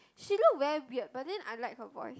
she look very weird but then I like her voice